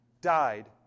died